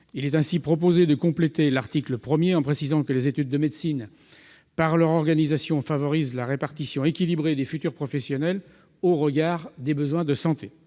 Il est ainsi proposé de compléter l'article 1 en précisant que les études de médecine, par leur organisation, favorisent la répartition équilibrée des futurs professionnels au regard des besoins de santé.